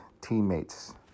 teammates